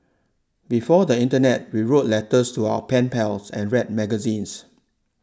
before the internet we wrote letters to our pen pals and read magazines